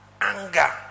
anger